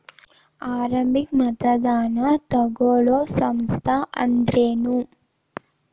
ಆರಂಭಿಕ್ ಮತದಾನಾ ತಗೋಳೋ ಸಂಸ್ಥಾ ಅಂದ್ರೇನು?